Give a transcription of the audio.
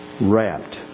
wrapped